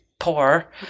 poor